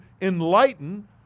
enlighten